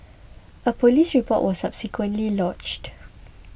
a police report was subsequently lodged